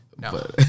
No